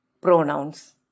pronouns